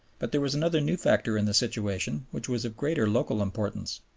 but there was another new factor in the situation which was of greater local importance.